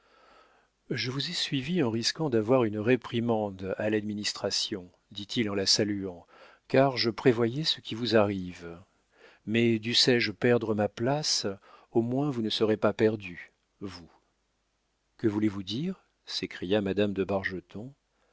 je vous ai suivie en risquant d'avoir une réprimande à l'administration dit-il en la saluant car je prévoyais ce qui vous arrive mais dussé-je perdre ma place au moins vous ne serez pas perdue vous que voulez-vous dire s'écria madame de